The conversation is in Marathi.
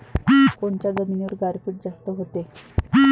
कोनच्या जमिनीवर गारपीट जास्त व्हते?